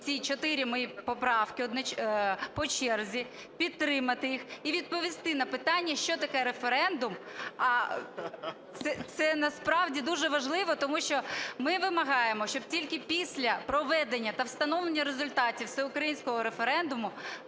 ці чотири мої поправки по черзі, підтримати їх і відповісти на питання, що таке референдум. Це насправді дуже важливо, тому що ми вимагаємо, щоб тільки після проведення та встановлення результатів всеукраїнського референдуму,